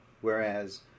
Whereas